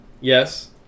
Yes